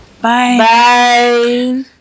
Bye